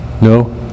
No